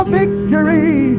victory